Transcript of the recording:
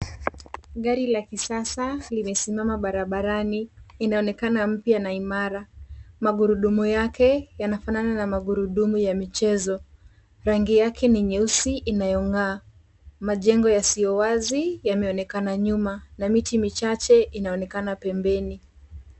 Gari la kisasa limesimama barabarani. Inaonekana mpya na imara. Magurudumu yake yanafanana na magurudumu ya michezo. Rangi yake ni nyeusi inayong'aa. Majengo yasiowazi yanaonekana nyuma, na miti michache inaonekana pembeni.